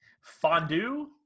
fondue